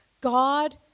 God